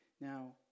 Now